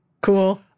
cool